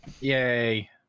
yay